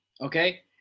Okay